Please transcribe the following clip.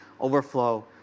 overflow